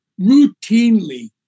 routinely